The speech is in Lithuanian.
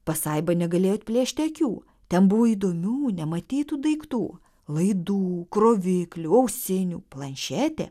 pasaiba negalėjo atplėšti akių ten buvo įdomių nematytų daiktų laidų kroviklių ausinių planšetė